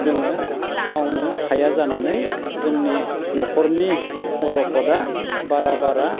जोङो मावनो हाया जानानै जोंनि न'खरनि अलख'दा बारा बारा